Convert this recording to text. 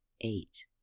eight